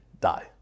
die